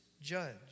judge